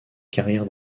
carrière